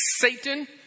Satan